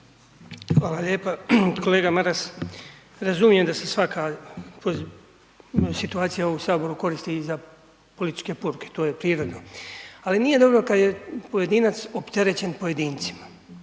Hvala lijepa. Kolega Maras, razumijem da se svaka situacija u saboru koristi i za političke poruke, to je prirodno ali nije dobro kad je pojedinac opterećen pojedincima